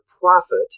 profit